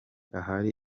ahari